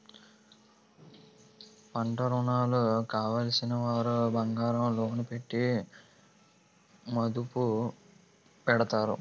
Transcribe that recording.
పంటరుణాలు కావలసినవారు బంగారం లోను పెట్టి మదుపు పెడతారు